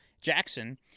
Jackson